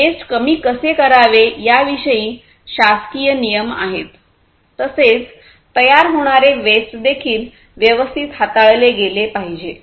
waste कमी कसे करावे याविषयी शासकीय नियम आहेत तसेच तयार होणारे वेस्ट देखील व्यवस्थित हाताळले गेले पाहिजे